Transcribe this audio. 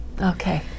Okay